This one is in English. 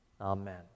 Amen